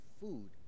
food